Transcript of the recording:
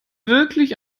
wirklich